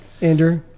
Andrew